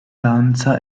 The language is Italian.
danza